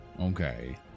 Okay